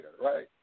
right